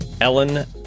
Ellen